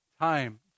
time